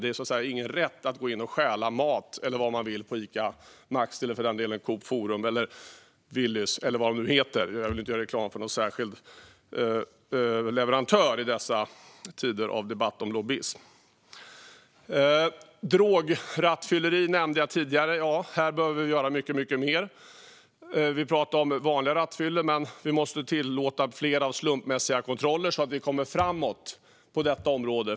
Det är ingen rättighet att gå in och stjäla mat eller vad det nu är på Ica Maxi, Coop Forum, Willys eller vad de nu heter - jag vill inte göra reklam för någon särskild leverantör i dessa tider av debatt om lobbyism. Drograttfylleri nämnde jag tidigare. Här behöver vi göra mycket mer. Vi talade om vanliga rattfyllor, men vi måste tillåta fler slumpmässiga kontroller så att vi kommer framåt på detta område.